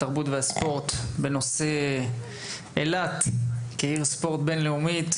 התרבות והספורט בנושא אילת כעיר ספורט בינלאומית,